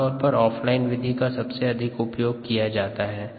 आमतौर पर offline विधि का सबसे अधिक उपयोग किया जाता है